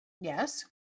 Yes